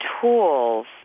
tools